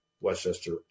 Westchester